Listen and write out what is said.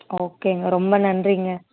ஓகேங்க ரொம்ப நன்றிங்க